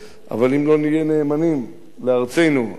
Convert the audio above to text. אבל אם לא נהיה נאמנים לארצנו ולעמנו